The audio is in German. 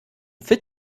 fit